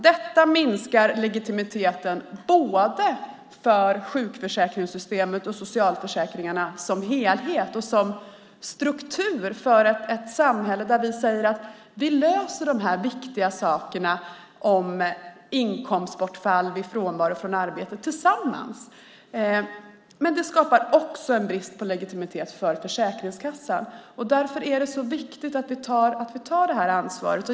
Detta minskar legitimiteten både för sjukförsäkringssystemet och socialförsäkringarna som helhet och som struktur för ett samhälle där vi säger att vi löser de här viktiga sakerna om inkomstbortfall vid frånvaro från arbetet tillsammans. Men det skapar också en brist på legitimitet för Försäkringskassan. Därför är det så viktigt att vi tar det här ansvaret.